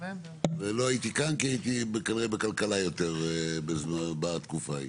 לא הייתי כאן כי הייתי כנראה בכלכלה יותר בתקופה ההיא.